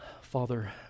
Father